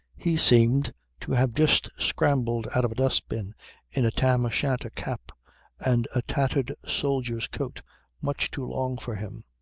he seemed to have just scrambled out of a dust-bin in a tam-o'shanter cap and a tattered soldier's coat much too long for him.